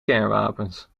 kernwapens